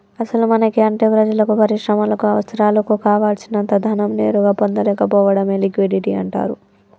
అసలు మనకి అంటే ప్రజలకు పరిశ్రమలకు అవసరాలకు కావాల్సినంత ధనం నేరుగా పొందలేకపోవడమే లిక్విడిటీ అంటారు